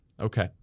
Okay